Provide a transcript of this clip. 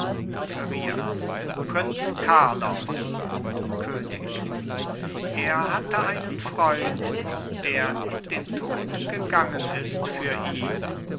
prinz carlos könig er hatte einen freund der in den tod gegangen ist für ihn